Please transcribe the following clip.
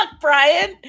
Brian